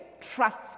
trusts